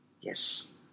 Yes